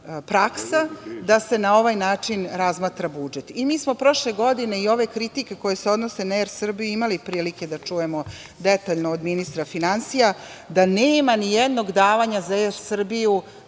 praksa, da se na ovaj način razmatra budžet. Mi smo prošle godine i ove kritike koje se odnose na ER Srbiju imali prilike da čujemo detaljno od ministra finansija, da nema nijednog davanja za ER Srbiju